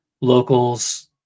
locals